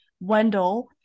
Wendell